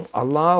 Allah